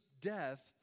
death